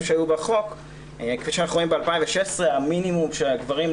שהיו בחוק כפי שאנחנו רואים ב-2016 המינימום של הגברים,